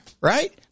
right